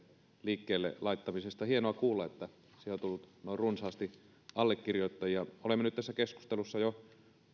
liikkeelle laittamisesta hienoa kuulla että siihen on tullut noin runsaasti allekirjoittajia olemme nyt tässä keskustelussa jo